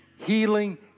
healing